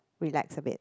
relax a bit